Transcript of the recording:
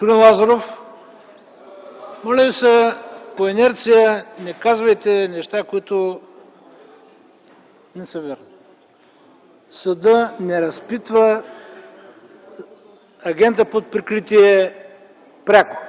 Лазаров, моля Ви се, по инерция не казвайте неща, които не са верни. Съдът не разпитва агента под прикритие пряко. Той